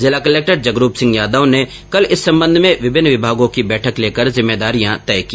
जिला कलक्टर जगरूप सिंह यादव ने कल इस सम्बन्ध में विभिन्न विभागों की बैठक लेकर जिम्मेदारियां तय की